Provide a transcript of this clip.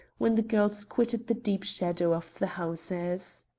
when the girls quitted the deep shadow of the houses.